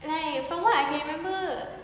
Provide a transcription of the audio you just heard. like from what I can remember